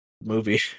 movie